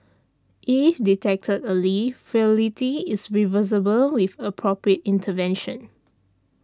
if detected early frailty is reversible with appropriate intervention